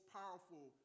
powerful